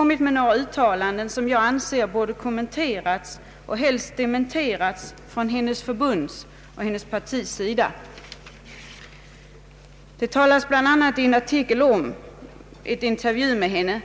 gjort en del uttalanden, som jag anser borde kommenterats och helst dementerats från hennes förbunds eller partis sida. I en artikel förekommer en intervju med henne.